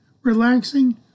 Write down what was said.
relaxing